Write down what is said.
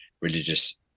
religious